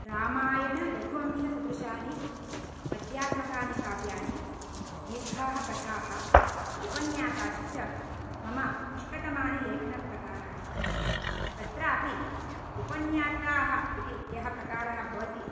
रामायणरघुवंशसदृशानि पद्यात्मकानि काव्यानि दीर्घाः कथाः उपन्यासाश्च मम इष्टतमानि लेखनप्रकाराणि तत्रापि उपन्यासाः इति यः प्रकारः भवति